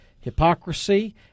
hypocrisy